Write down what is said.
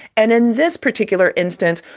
and in this particular instance,